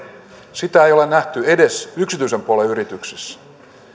sitä ei ole nähty edes yksityisen puolen yrityksissä